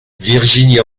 virginia